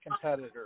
competitor